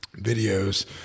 videos